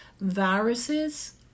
Viruses